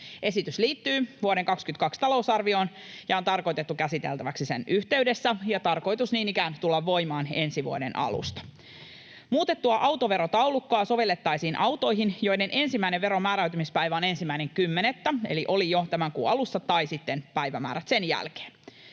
Esitys liittyy vuoden 2022 talousarvioon ja on tarkoitettu käsiteltäväksi sen yhteydessä, ja esityksen on tarkoitus niin ikään tulla voimaan ensi vuoden alusta. Muutettua autoverotaulukkoa sovellettaisiin autoihin, joiden ensimmäinen veron määräytymispäivä on 1.10., eli oli jo tämän kuun alussa, tai sitten päivämäärät sen jälkeen.